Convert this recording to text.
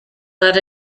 that